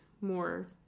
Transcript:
more